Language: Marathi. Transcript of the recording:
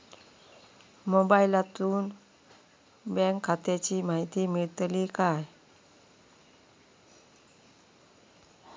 मोबाईलातसून बँक खात्याची माहिती मेळतली काय?